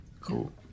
cool